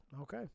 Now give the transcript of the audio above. Okay